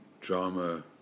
drama